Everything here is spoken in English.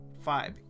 five